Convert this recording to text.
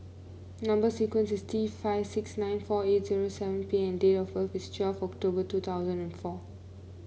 number sequence is T five six nine four eight zeri seven P and date of birth is twelve October two thousand and four